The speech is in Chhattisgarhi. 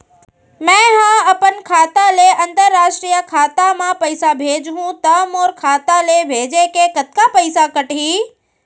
मै ह अपन खाता ले, अंतरराष्ट्रीय खाता मा पइसा भेजहु त मोर खाता ले, भेजे के कतका पइसा कटही?